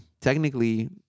technically